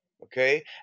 Okay